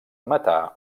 metà